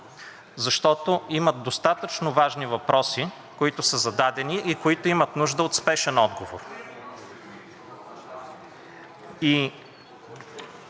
защото има достатъчно важни въпроси, които са зададени и които имат нужда от спешен отговор. Що